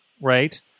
right